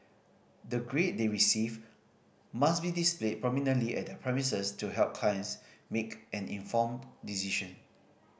the grade they receive must be displayed prominently at their premises to help kinds make an informed decision